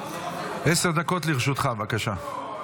עשר דקות לרשותך, בבקשה.